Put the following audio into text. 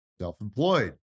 self-employed